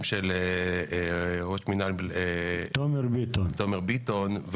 של תומר ביטון.